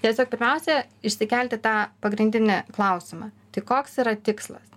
tiesiog pirmiausia išsikelti tą pagrindinį klausimą tai koks yra tikslas